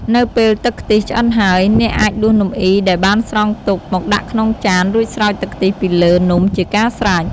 នៅពេលទឹកខ្ទិះឆ្អិនហើយ អ្នកអាចដួសនំអុីដែលបានស្រង់ទុកមកដាក់ក្នុងចាន រួចស្រោចទឹកខ្ទិះពីលើនំជាការស្រេច។